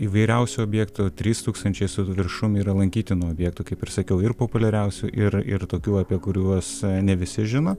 įvairiausių objektų trys tūkstančiai su viršum yra lankytinų vietų kaip ir sakiau ir populiariausių ir ir tokių apie kuriuos ne visi žino